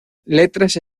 letras